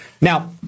Now